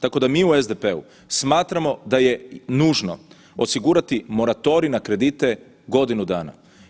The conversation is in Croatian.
Tako mi u SDP-u smatramo da je nužno osigurati moratorij na kredite godinu dana.